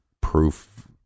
proof